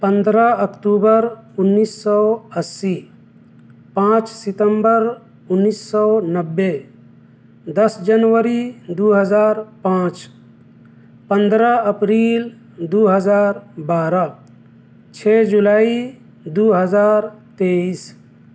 پندرہ اکتوبر انّیس سو اسّی پانچ ستمبر انّیس سو نوّے دس جنوری دو ہزار پانچ پندرہ اپریل دو ہزار بارہ چھ جولائی دو ہزار تیئیس